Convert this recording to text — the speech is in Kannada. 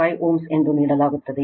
5 Ω ಎಂದುನೀಡಲಾಗುತ್ತದೆ